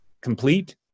complete